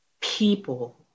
people